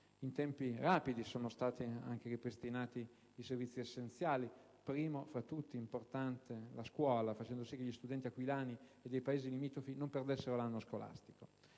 In tempi rapidi sono stati ripristinati i servizi essenziali, primo fra tutti la scuola, facendo sì che gli studenti aquilani e dei paesi limitrofi non perdessero l'anno scolastico.